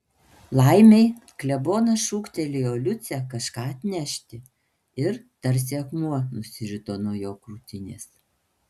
laimei klebonas šūktelėjo liucę kažką atnešti ir tarsi akmuo nusirito nuo jo krūtinės